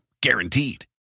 Guaranteed